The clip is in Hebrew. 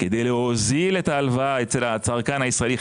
ככדי להוזיל את ההלוואה אצל הצרכן הישראלי,